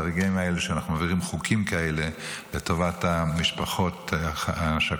בשביל הרגעים האלה שאנחנו מעבירים חוקים כאלה לטובת המשפחות השכולות,